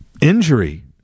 injury